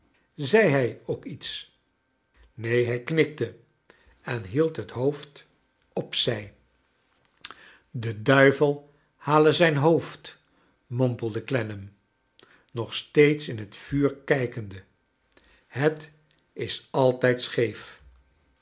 zei hij ook iets neen hij knikte en hield het hoofd op zij de duivel hale zijn hoofd mompelde clennam nog steeds in het vuur kijkende het is altijd scheef